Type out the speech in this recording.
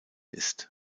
ist